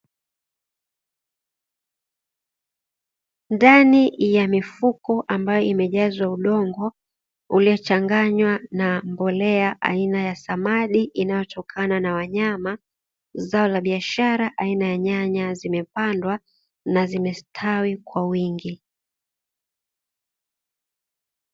Ndani ya mifuko ambayo imejazwa udongo uliyochanganywa na mbolea aina ya samadi inayotokana na wanyama, zao la biashara aina ya nyanya zimepandwa na zimestawi kwa wingi.